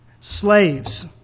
Slaves